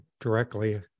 directly